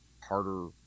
harder